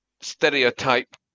stereotype